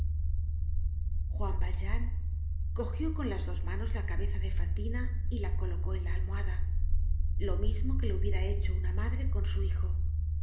juan valjean cogió con las dos manos la cabeza de fantina y la colocó en la almohada lo mismo que lo hubiera hecho una madre con su hijo